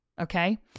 Okay